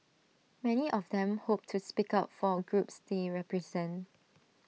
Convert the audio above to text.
many of them hope to speak up for A groups they represent